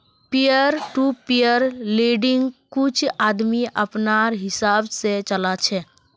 peer to peer लेंडिंग्क कुछ आदमी अपनार हिसाब से चला छे